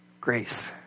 grace